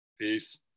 Peace